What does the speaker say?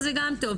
זה גם טוב.